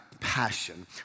passion